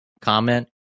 comment